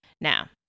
Now